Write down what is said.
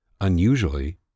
unusually